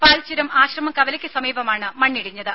പാൽച്ചുരം ആശ്രമം കവലക്ക് സമീപമാണ് മണ്ണിടിഞ്ഞത്